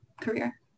career